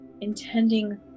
intending